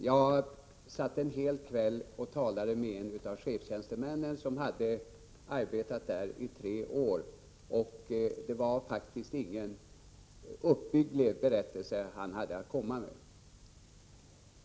Jag satt en hel kväll och talade med en av chefstjänstemännen som hade arbetat där i tre år. Det var faktiskt ingen uppbygglig berättelse han hade att komma med.